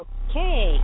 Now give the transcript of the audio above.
okay